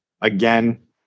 again